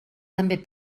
també